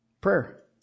Prayer